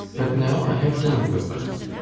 but now i have done with that.